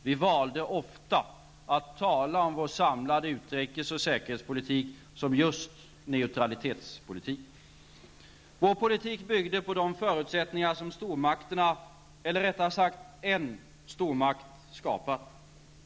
Vi valde ofta att tala om vår samlade utrikes och säkerhetspolitik som just neutralitetspolitik. Vår politik byggde på de förutsättningar som stormakterna -- eller, rättare sagt, en stormakt -- skapat.